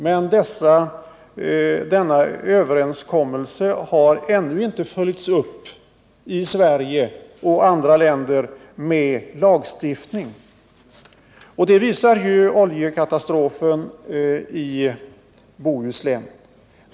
Men denna överenskommelse har ännu inte följts upp med lagstiftning i Sverige och andra länder. Oljekatastrofen i Bohuslän ger en belysning av det.